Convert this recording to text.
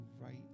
right